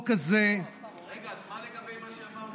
מה לגבי מה שאמרנו?